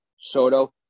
Soto